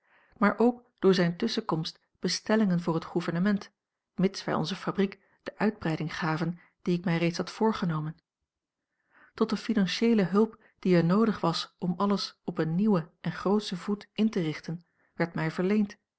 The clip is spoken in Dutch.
maar ook door zijne tusschenkomst bestellingen voor het gouvernement mits wij onze fabriek de uitbreiding gaven die ik mij reeds had voorgenomen tot de financieele hulp die er noodig was om alles op een nieuwen en grootschen voet in te richten werd mij verleend